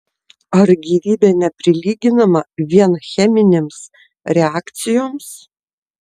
ar gyvybė neprilyginama vien cheminėms reakcijoms